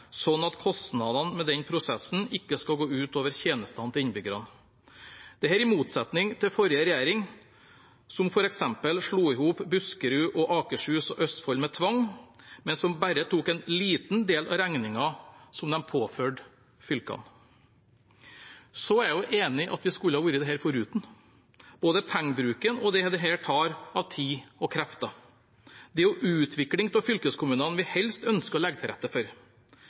at kostnadene med den prosessen ikke skal gå ut over tjenestene til innbyggerne. Dette er i motsetning til forrige regjering, som f.eks. slo sammen Buskerud, Akershus og Østfold med tvang, men som bare tok en liten del av regningen som de påførte fylkene. Så er jeg jo enig i at vi skulle vært dette foruten, både pengebruken og det dette tar av tid og krefter. Det er jo utvikling av fylkeskommunene vi helst ønsker å legge til rette for.